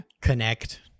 connect